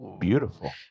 beautiful